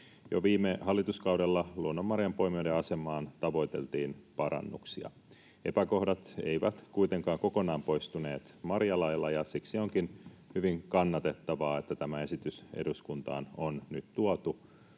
Jo viime hallituskaudella luonnonmarjanpoimijoiden asemaan tavoiteltiin parannuksia. Epäkohdat eivät kuitenkaan kokonaan poistuneet marjalailla, ja siksi onkin hyvin kannatettavaa, että tämä esitys eduskuntaan on nyt tuotu